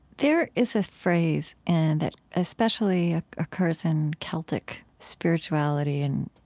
there is a phrase and that especially occurs in celtic spirituality and